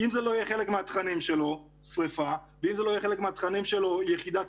אם שרפה לא תהיה חלק מהתכנים שלו ואם יחידת